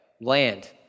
land